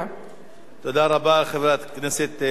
תודה רבה לחברת הכנסת מרינה סולודקין.